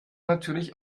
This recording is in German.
natürlich